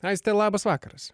aiste labas vakaras